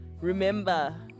Remember